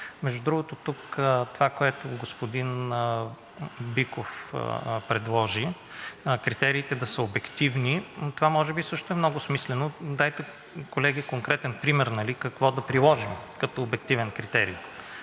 Между другото, това, което господин Биков предложи, критериите да са обективни, това може би също е много смислено. Колеги, дайте конкретен пример какво да приложим като обективен критерий?